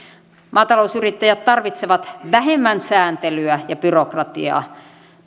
maatalousyrittäjät tarvitsevat vähemmän sääntelyä ja byrokratiaa